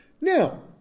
Now